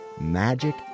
magic